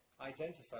identify